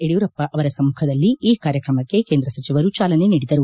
ಯಡಿಯೂರಪ್ಪ ಅವರ ಸಮ್ಮಖದಲ್ಲಿ ಈ ಕಾರ್ಯಕ್ರಮಕ್ಕೆ ಕೇಂದ್ರ ಸಚಿವರು ಚಾಲನೆ ನೀಡಿದರು